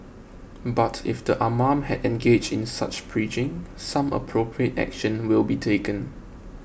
but if the imam had engaged in such preaching some appropriate action will be taken